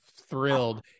thrilled